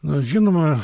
na žinoma